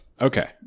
Okay